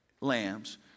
lambs